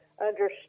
understand